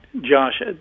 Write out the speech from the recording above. Josh